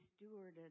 stewarded